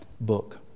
book